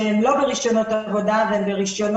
שהם לא ברישיונות עבודה אבל הם ברישיונות